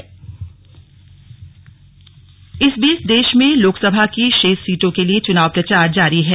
प्रचार जारी इस बीच देश में लोकसभा की शेष सीटों के लिए चुनाव प्रचार जारी है